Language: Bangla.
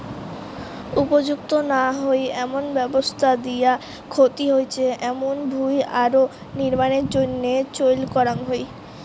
উপযুক্ত না হই এমন ব্যবস্থা দিয়া ক্ষতি হইচে এমুন ভুঁই আরো নির্মাণের জইন্যে চইল করাঙ হই